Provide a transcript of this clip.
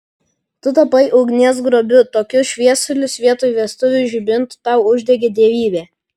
tu tapai ugnies grobiu tokius šviesulius vietoj vestuvių žibintų tau uždegė dievybė